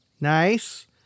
nice